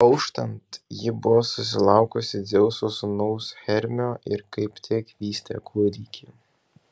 auštant ji buvo susilaukusi dzeuso sūnaus hermio ir kaip tik vystė kūdikį